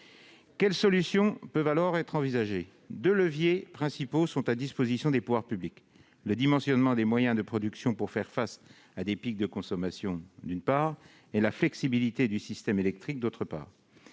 Quelles solutions peuvent être alors envisagées ? Deux leviers principaux sont à disposition des pouvoirs publics : le dimensionnement des moyens de production pour faire face à des pics de consommation, d'une part, et la flexibilité du système électrique, d'autre part.